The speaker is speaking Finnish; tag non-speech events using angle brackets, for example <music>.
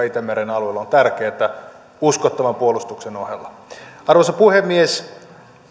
<unintelligible> itämeren alueella on tärkeätä uskottavan puolustuksen ohella arvoisa puhemies